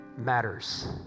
matters